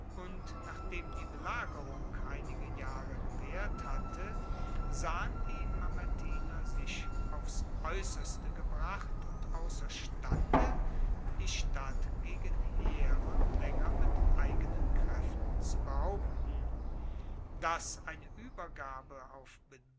nachdem die belagerung einige jahre gewaehrt hatte sahen die mamertiner sich aufs aeusserste gebracht und ausserstande die stadt gegen hieron laenger mit eigenen kraeften zu behaupten dass eine uebergabe auf